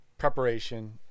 preparation